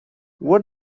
what